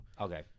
Okay